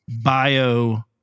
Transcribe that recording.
bio